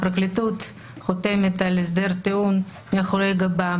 שהפרקליטות חתמה על הסדר טיעון מאחורי גבם,